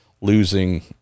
losing